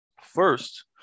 First